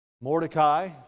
Mordecai